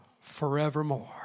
forevermore